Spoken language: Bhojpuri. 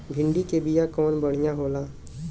भिंडी के बिया कवन बढ़ियां होला?